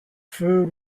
food